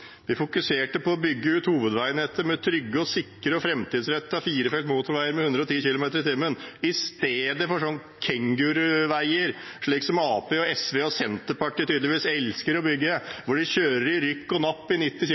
Vi fokuserte på å bygge ut hovedveinettet med trygge, sikre og framtidsrettede firefelts motorveier med 110 km/t, istedenfor sånne kenguruveier, som Arbeiderpartiet, SV og Senterpartiet tydeligvis elsker å bygge, hvor man kjører i rykk og napp i